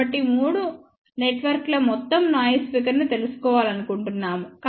కాబట్టి ఈ మూడు నెట్వర్క్ల మొత్తం నాయిస్ ఫిగర్ ను తెలుసుకోవాలనుకుంటున్నాము